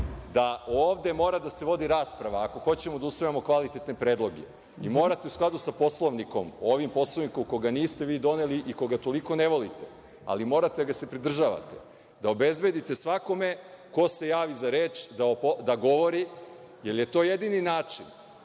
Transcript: da ovde mora da se vodi rasprava, ako hoćemo da usvajamo kvalitetne predloge. Morate u skladu sa Poslovnikom, ovim Poslovnikom koga niste vi doneli i koga toliko ne volite, ali morate da ga se pridržavate, da obezbedite svakome ko se javi za reč da govori, jer je to jedini način